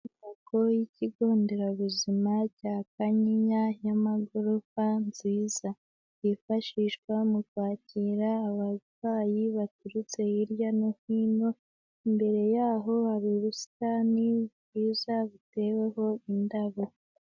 Inyubako yikigo nderabuzima cya Kanyinya y'amagorofa nziza. Yifashishwa mu kwakira abarwayi baturutse hirya no hino, imbere yaho hari ubusitani bwiza biteweho indabo.